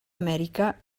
amèrica